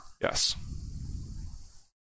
Yes